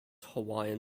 hawaiian